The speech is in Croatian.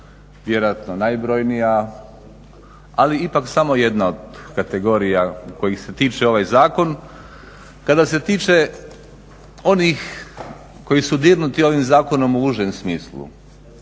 vjerojatno najbrojnija, ali ipak samo jedna od kategorija kojih se tiče ovaj zakon kada se tiče onih koji su dirnuti ovim zakonom u užem smislu.